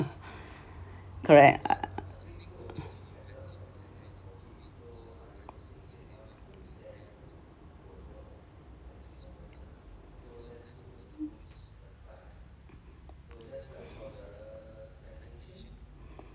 correct ah